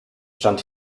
stand